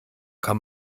kann